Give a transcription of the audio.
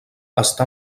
està